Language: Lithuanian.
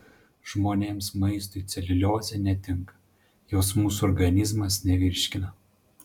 žmonėms maistui celiuliozė netinka jos mūsų organizmas nevirškina